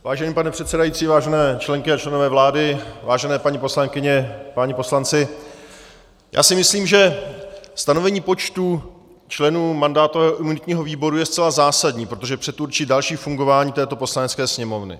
Vážený pane předsedající, vážené členky a členové vlády, vážené paní poslankyně, páni poslanci, já si myslím, že stanovení počtu členů mandátového a imunitního výboru je zcela zásadní, protože předurčí další fungování této Poslanecké sněmovny.